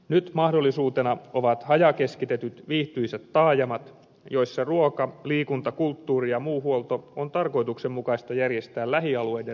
nyt mahdollisuutena ovat hajakeskitetyt viihtyisät taajamat joissa ruoka liikunta kulttuuri ja muu huolto on tarkoituksenmukaista järjestää lähialueiden resursseilla